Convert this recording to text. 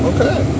Okay